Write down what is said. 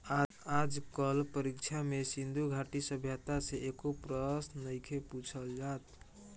आज कल परीक्षा में सिन्धु घाटी सभ्यता से एको प्रशन नइखे पुछल जात